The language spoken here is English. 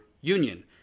union